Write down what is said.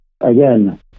again